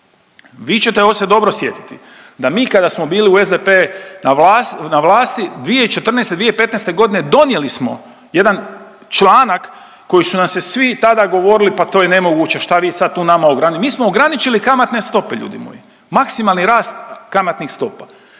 Vi ćete ovo se dobro sjetiti da mi kada smo bili u SDP na vlasti 2014., 2015. godine donijeli smo jedan članak koji su nam se svi tada govorili pa to je nemoguće, šta vi sad tu nama ograni, mi smo ograničili kamatne stope ljudi moji. Maksimalni rast kamatnih stopa